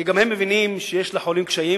כי גם הם מבינים שיש לחולים קשיים,